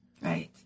right